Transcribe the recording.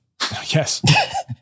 yes